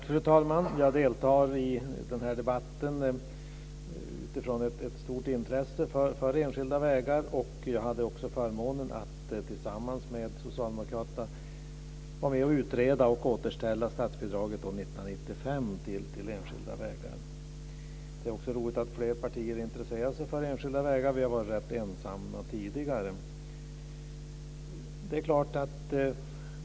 Fru talman! Jag deltar i debatten utifrån ett stort intresse för enskilda vägar. Jag hade också förmånen att tillsammans med socialdemokraterna utreda och återställa statsbidraget år 1995 till enskilda vägar. Det är också roligt att flera partier intresserar sig för enskilda vägar, vi har varit rätt ensamma tidigare.